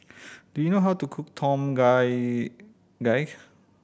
do you know how to cook Tom Gai Gai